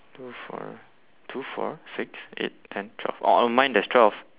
two four two four six eight ten twelve oh on mine there's twelve